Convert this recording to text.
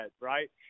right